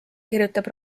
kirjutab